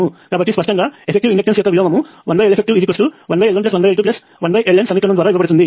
కాబట్టి స్పష్టంగా effective inductance యొక్క విలోమము 1Leff 1L11L21LN సమీకరణము ద్వారా ఇవ్వబడుతుంది